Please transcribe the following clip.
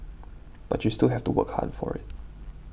but you still have to work hard for it